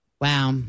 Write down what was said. Wow